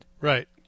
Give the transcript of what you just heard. Right